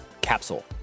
Capsule